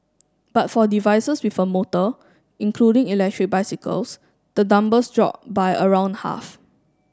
but for devices with a motor including electric bicycles the numbers drop by around half